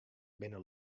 binne